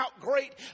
great